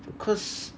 because